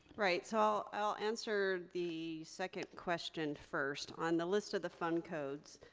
right. so i'll answer the second question first. on the list of the fund codes,